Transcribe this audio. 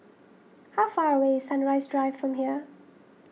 how far away is Sunrise Drive from here